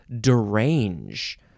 derange